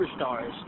superstars